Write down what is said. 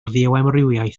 fioamrywiaeth